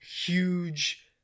huge